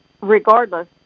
regardless